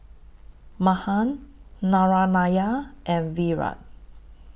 Mahan Narayana and Virat